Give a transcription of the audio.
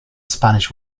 spanish